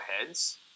heads